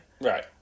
Right